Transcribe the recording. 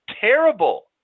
terrible